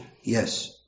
yes